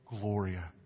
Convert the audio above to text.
Gloria